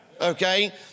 Okay